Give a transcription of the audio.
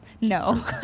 No